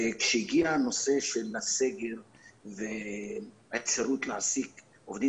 כשהגיע הנושא של הסגר והאפשרות להעסיק עובדים